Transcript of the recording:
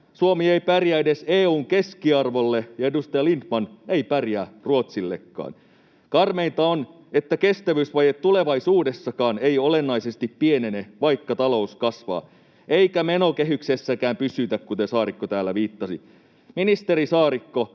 Suomi ei pärjää edes EU:n keskiarvolle, ja edustaja Lindtman, ei pärjää Ruotsillekaan. Karmeinta on, että kestävyysvaje tulevaisuudessakaan ei olennaisesti pienene, vaikka talous kasvaa, eikä menokehyksessäkään pysytä, kuten Saarikko täällä viittasi. Ministeri Saarikko,